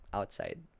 outside